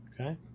okay